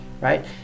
right